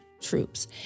troops